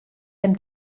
dem